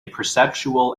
perceptual